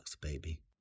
baby